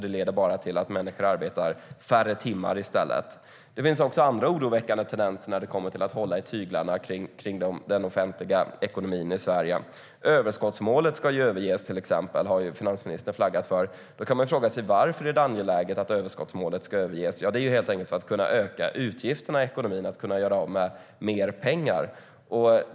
Det leder bara till att människor i stället arbetar färre timmar. Det finns andra oroväckande tendenser när det kommer till att hålla i tyglarna i den offentliga ekonomin i Sverige. Överskottsmålet ska till exempel överges, har finansministern flaggat för. Då kan man fråga sig varför det är angeläget att överskottsmålet ska överges. Ja, det är helt enkelt för att kunna öka utgifterna i ekonomin, att kunna göra av med mer pengar.